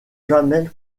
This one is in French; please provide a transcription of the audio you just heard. jamais